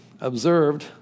observed